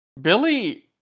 Billy